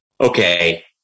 okay